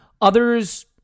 Others